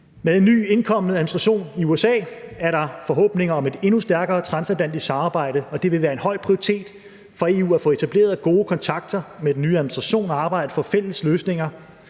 Med en ny indkommende administration i USA er der forhåbninger om et endnu stærkere transatlantisk samarbejde. Det vil være en høj prioritet for EU at få etableret gode kontakter med den nye administration og arbejde for fælles løsninger